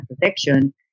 Protection